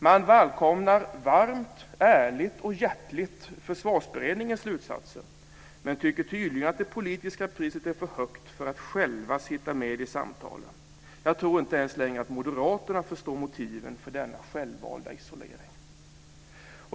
Man välkomnar varmt, ärligt och hjärtligt Försvarsberedningens slutsatser men tycker tydligen att det politiska priset är för högt för att själva sitta med i samtalen. Jag tror inte ens längre att moderaterna förstår motiven för denna självvalda isolering.